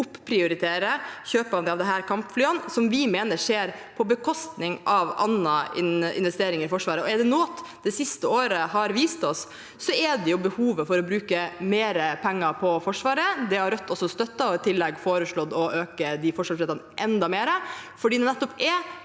å prioritere opp kjøp av disse kampflyene, som vi mener skjer på bekostning av andre investeringer i Forsvaret. Er det noe det siste året har vist oss, er det behovet for å bruke mer penger på Forsvaret. Det har Rødt også støttet. Vi har i tillegg foreslått å øke forsvarsbudsjettene enda mer, fordi det nettopp er